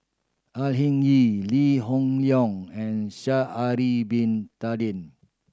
Au Hing Yee Lee Hoon Leong and Sha'ari Bin Tadin